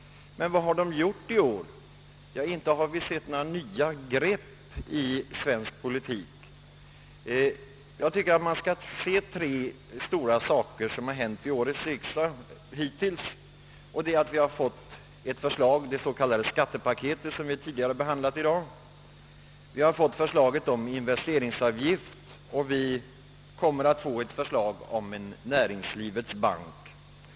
Vad har de gjort i år? Inte har vi sett några nya grepp i svensk politik. Jag tycker att man skall uppmärksamma tre stora saker som hittills hänt vid årets riksdag, nämligen att vi har fått det s.k. skattepaketet som behandlats tidigare i dag, förslaget om investeringsavgift och det förslag om en näringslivets bank som kommer att lämnas.